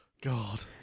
God